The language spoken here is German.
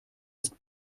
ist